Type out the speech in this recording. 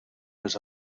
les